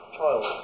child